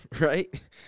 Right